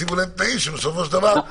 יציבו להם תנאים שבסופו של דבר זה לא קיים.